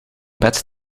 bed